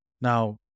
Now